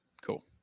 Cool